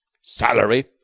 salary